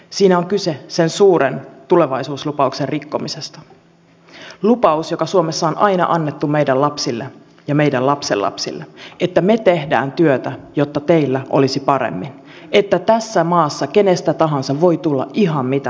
siinä on kyse sen suuren tulevaisuuslupauksen rikkomisesta lupauksen joka suomessa on aina annettu meidän lapsille ja meidän lapsenlapsille että me teemme työtä jotta teillä olisi paremmin ja että tässä maassa kenestä tahansa voi tulla ihan mitä tahansa